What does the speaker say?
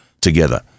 together